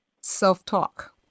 self-talk